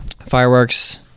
fireworks